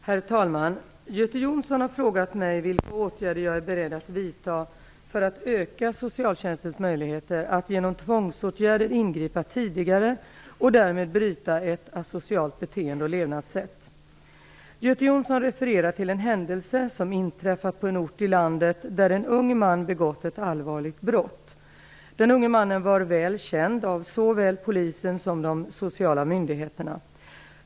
Herr talman! Göte Jonsson har frågat mig vilka åtgärder jag är beredd att vidta för att öka socialtjänstens möjligheter att genom tvångsåtgärder ingripa tidigare och därmed bryta ett asocialt beteende och levnadssätt. Göte Jonsson refererar till en händelse som inträffat på en ort i landet där en ung man begått ett allvarligt brott. Den unge mannen var väl känd av såväl polisen som de sociala myndigheterna.